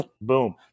Boom